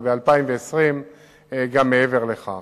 וב-2020 גם מעבר לכך.